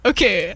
Okay